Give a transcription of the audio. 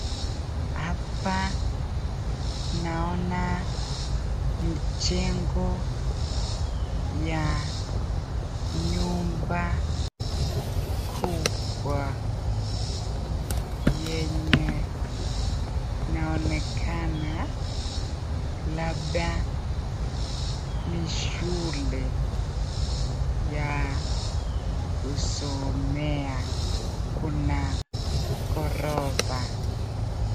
Hapa naona mjengo ya nyumba kubwa, yenye inaonekana labda ni shule ya kusomea Kuna ghorofa.